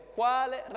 quale